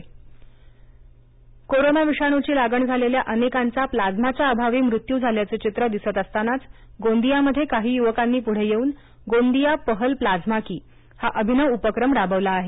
प्लाइमा दान कोरोना विषाणूची लागण झालेल्या अनेकांचा प्लाझ्माच्या अभावी मृत्यू झाल्याचं चित्र दिसत असतानाच गोंदियामध्ये काही युवकांनी पुढे येऊन गोंदिया पहल प्लाझ्मा की हा अभिनव उपक्रम राबविला आहे